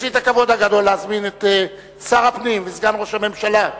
יש לי הכבוד הגדול להזמין את שר הפנים וסגן ראש הממשלה,